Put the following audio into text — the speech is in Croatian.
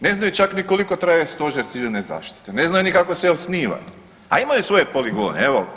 Ne znaju čak niti koliko traje Stožer Civilne zaštite, ne znaju niti kako se osniva, a imaju svoje poligone.